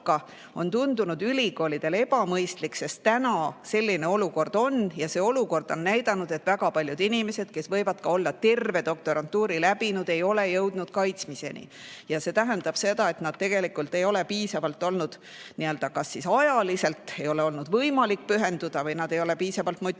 on tundunud ülikoolidele ebamõistlik, sest selline olukord on. See olukord on näidanud, et väga paljud inimesed, kes võivad olla isegi terve doktorantuuri läbinud, ei ole jõudnud kaitsmiseni. See tähendab seda, et neil tegelikult ei ole olnud kas ajaliselt võimalik pühenduda või nad ei ole olnud piisavalt motiveeritud,